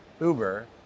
Uber